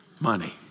money